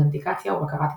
אותנטיקציה ובקרת גישה.